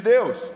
Deus